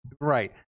Right